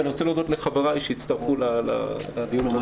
ואני רוצה להודות לחבריי שהצטרפו לדיון המהיר.